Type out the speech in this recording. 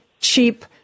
cheap